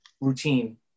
routine